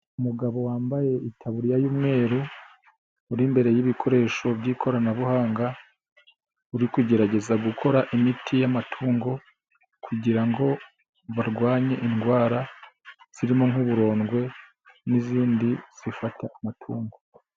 Umugabo wambaye itaburiya y'umweru, uri imbere y'ibikoresho by'ikoranabuhanga, uri kugerageza gukora imiti y'amatungo, kugira ngo barwanye indwara zirimo nk'uburondwe n'izindi zifata amatungo.